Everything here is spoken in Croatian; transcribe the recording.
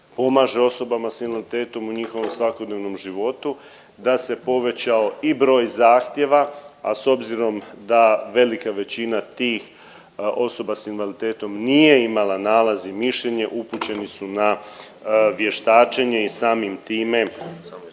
pomaže osobama s invaliditetom u njihovom svakodnevnom životu, da se povećao i broj zahtjeva, a s obzirom da velika većina tih osoba s invaliditetom nije imala nalaz i mišljenje upućeni su na vještačenje i samim time